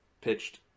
pitched –